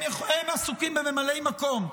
הם עסוקים בממלאי מקום,